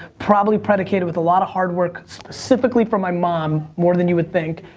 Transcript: probably predicated with a lot of hard work, specifically from my mom, more than you would think,